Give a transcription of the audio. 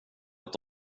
att